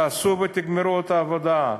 תעשו ותגמרו את העבודה,